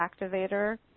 activator